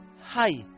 Hi